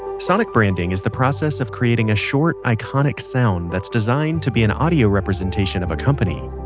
sonic branding is the process of creating a short, iconic sound that's designed to be an audio representation of a company.